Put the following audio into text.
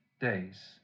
days